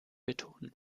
beton